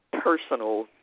personal